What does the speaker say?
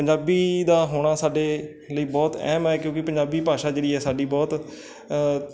ਪੰਜਾਬੀ ਦਾ ਹੋਣਾ ਸਾਡੇ ਲਈ ਬਹੁਤ ਅਹਿਮ ਹੈ ਕਿਉਂਕਿ ਪੰਜਾਬੀ ਭਾਸ਼ਾ ਜਿਹੜੀ ਹੈ ਸਾਡੀ ਬਹੁਤ